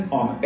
on